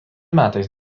metais